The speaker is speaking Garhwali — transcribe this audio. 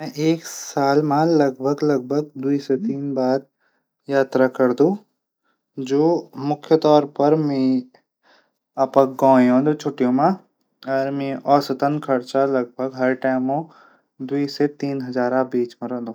मि एक साल मा लगभग लगभग दो से तीन बार यात्रा करदू जू मुख्य तौर पर मी अपड गौ जादू छुट्टियों मा मि औसतन खर्चा लगभग हर टैमो दो से तीन हजारो बीच मा रैंदू।